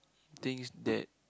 thinks that